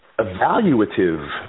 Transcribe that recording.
evaluative